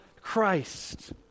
Christ